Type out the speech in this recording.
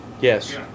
Yes